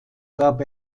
gab